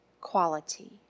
quality